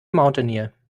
mountaineer